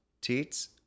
Teats